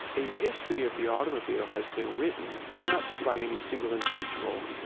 a history of the automobile has been written, not by any single individual,